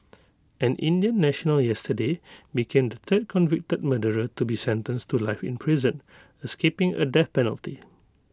an Indian national yesterday became the third convicted murderer to be sentenced to life in prison escaping A death penalty